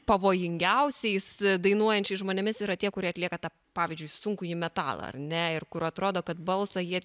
pavojingiausiais dainuojančiais žmonėmis yra tie kurie atlieka tą pavyzdžiui sunkųjį metalą ar ne ir kur atrodo kad balsą jie